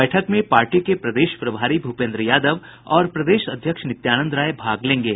बैठक में पार्टी के प्रदेश प्रभारी भूपेन्द्र यादव और प्रदेश अध्यक्ष नित्यानंद राय भाग लेंगे